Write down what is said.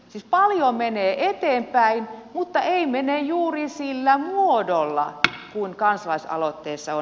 siis paljon menee eteenpäin mutta ei mene juuri sillä muodolla mikä kansalaisaloitteessa on